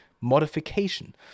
modification